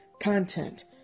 content